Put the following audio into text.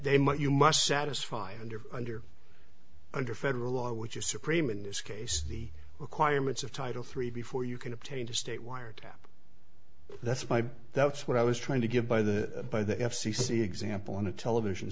might you must satisfy under under under federal law which is supreme in this case the requirements of title three before you can obtain a state wiretap that's my that's what i was trying to give by the by the f c c example in a television